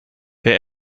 wer